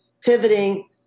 pivoting